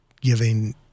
giving